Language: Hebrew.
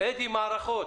אד"י מערכות,